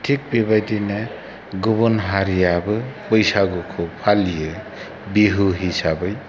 थिक बेबादिनो गुबुन हारियाबो बैसागुखौ फालियो बिहु हिसाबै